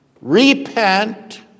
repent